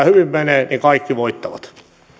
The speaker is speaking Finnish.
hyvin menee niin kaikki voittavat